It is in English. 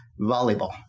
volleyball